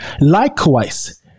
likewise